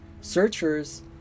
searchers